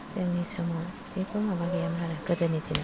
जोंनि समाव जेबो माबा गैयामोन आरो गोदोनि दिनाव